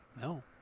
no